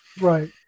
Right